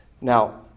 Now